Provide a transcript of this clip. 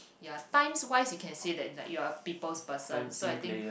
ya times wise you can say that like you are a people's person so I think